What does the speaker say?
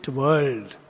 world